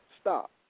stop